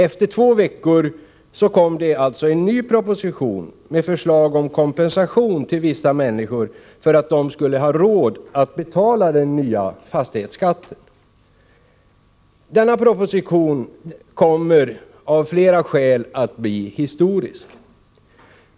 Efter två veckor kom därför en ny proposition med förslag om kompensation till vissa människor för att de skulle ha råd att betala den nya fastighetsskatten. Denna proposition kommer av flera skäl att bli historisk.